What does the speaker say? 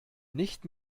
nicht